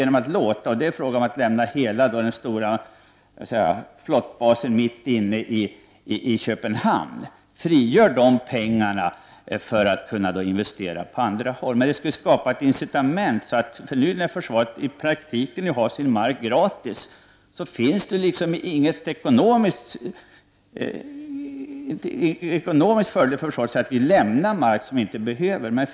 Om man lämnar den stora flottbasen mitt inne i Köpenhamn frigörs pengar, som man kan investera på andra håll. Men detta skulle skapa ett incitament. Nu när försvaret i praktiken har sin mark gratis innebär det ingen ekonomisk fördel för det att lämna mark som det inte behöver.